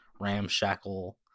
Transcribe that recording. ramshackle